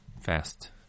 fast